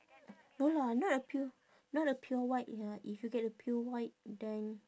no lah not a pure not a pure white ya if you get a pure white then